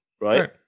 right